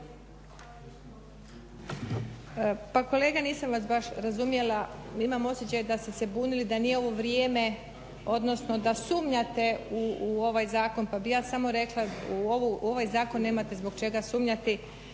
Pa kolega nisam vas baš razumjela, imam osjećaj da ste se bunili da nije ovo vrijeme, odnosno da sumnjate u ovaj zakon pa bih ja samo rekla u ovaj zakon nemate zbog čega sumnjati.